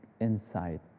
insight